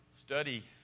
study